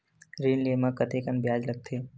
ऋण ले म कतेकन ब्याज लगथे?